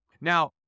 Now